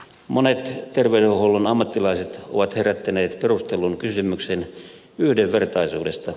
monet terveydenhuollon ammattilaiset ovat herättäneet perustellun kysymyksen yhdenvertaisuudesta